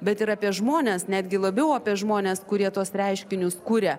bet ir apie žmones netgi labiau apie žmones kurie tuos reiškinius kuria